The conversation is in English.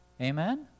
Amen